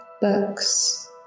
books